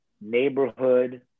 neighborhood